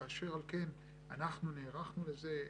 אשר על כן אנחנו נערכנו לזה,